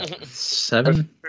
Seven